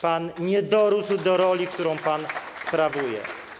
Pan nie dorósł do roli, którą pan sprawuje.